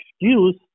excuse